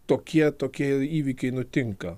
tokie tokie įvykiai nutinka